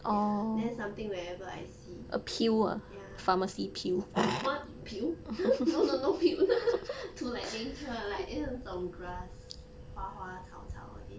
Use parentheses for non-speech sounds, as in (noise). ya then something whenever I see ya what pill (laughs) no no no pill (laughs) to like nature like 那种 grass 花花草草 all these